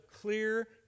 clear